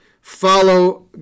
follow